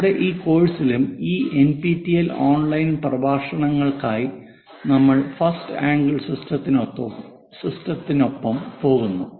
നമ്മുടെ ഈ കോഴ്സിലും ഈ എൻപിടിഎൽ ഓൺലൈൻ പ്രഭാഷണങ്ങൾക്കായി നമ്മൾ ഫസ്റ്റ് ആംഗിൾ സിസ്റ്റത്തിനൊപ്പം പോകുന്നു